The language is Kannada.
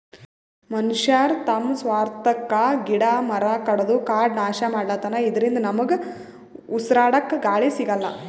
ಮನಶ್ಯಾರ್ ತಮ್ಮ್ ಸ್ವಾರ್ಥಕ್ಕಾ ಗಿಡ ಮರ ಕಡದು ಕಾಡ್ ನಾಶ್ ಮಾಡ್ಲತನ್ ಇದರಿಂದ ನಮ್ಗ್ ಉಸ್ರಾಡಕ್ಕ್ ಗಾಳಿ ಸಿಗಲ್ಲ್